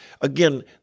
again